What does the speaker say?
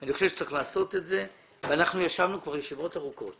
אני חושב שצריך לעשות את זה ואנחנו ישבנו כבר ישיבות ארוכות